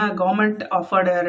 government-offered